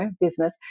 business